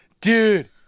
Dude